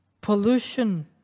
pollution